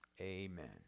amen